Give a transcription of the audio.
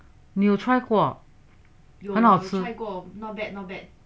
你有 try 过很好吃